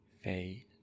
fade